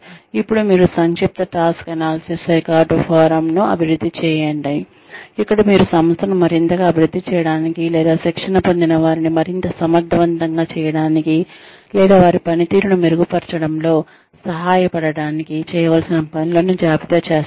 ఇప్పుడు మీరు సంక్షిప్త టాస్క్ అనాలిసిస్ రికార్డ్ ఫారమ్ను అభివృద్ధి చేస్తారు ఇక్కడ మీరు సంస్థను మరింతగా అభివృద్ధి చేయడానికి లేదా శిక్షణ పొందినవారిని మరింత సమర్థవంతంగా చేయడానికి లేదా వారి పనితీరును మెరుగుపరచడంలో సహాయపడటానికి చేయవలసిన పనులను జాబితా చేస్తారు